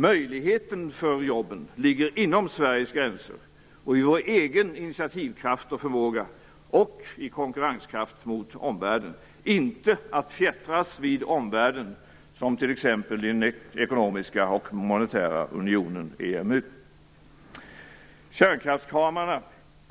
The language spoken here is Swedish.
Möjligheterna för jobben ligger inom Sveriges gränser, i vår egen initiativkraft och förmåga, vår konkurrenskraft gentemot omvärlden, inte i att fjättras vid omvärlden, som t.ex. i den ekonomiska och monetära unionen EMU. Kärnkraftskramarna